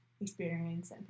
experience